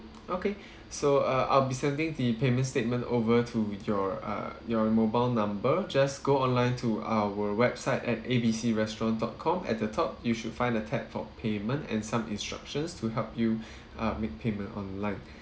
okay so uh I'll be sending the payment statement over to your uh your mobile number just go online to our website at abc restaurant dot com at the top you should find a tab for payment and some instructions to help you uh make payment online